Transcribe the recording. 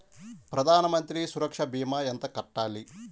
ప్రధాన మంత్రి సురక్ష భీమా ఎంత కట్టాలి?